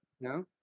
No